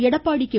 Edappadi K